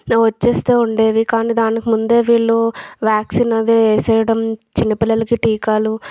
వచ్చేస్తూ ఉండేవి కాని దానికి ముందే వీళ్ళు వ్యాక్సిన్ అదే ఏసేయటం చిన్నపిల్లలకి టీకాలు